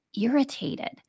irritated